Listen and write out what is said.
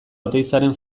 oteizaren